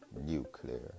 nuclear